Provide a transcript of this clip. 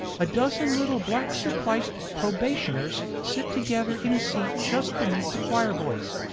a dozen little black-surpliced probationers sit together in a seat just beneath the choir-boys,